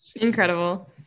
Incredible